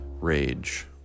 rage